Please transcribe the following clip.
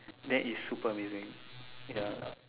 then is super amazing ya